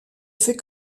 fais